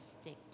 stick